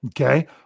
Okay